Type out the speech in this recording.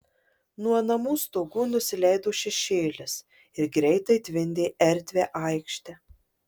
nuo namų stogų nusileido šešėlis ir greitai tvindė erdvią aikštę